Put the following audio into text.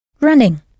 running